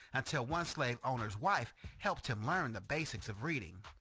until one slave owner's wife helped him learn the basics of reading.